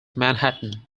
manhattan